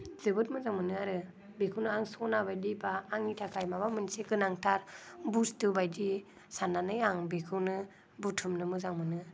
जोबोद मोजां मोनो आरो बेखौनो आं सना बायदि बा आंनि थाखाय माबा मोनसे गोनांथार बुस्थु बायदि साननानै आं बेखौनो बुथुमनो मोजां मोनो